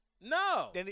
No